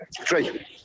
three